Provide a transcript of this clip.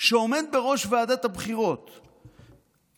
שעומד בראש ועדת הבחירות יקבע,